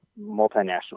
multinational